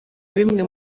bimwe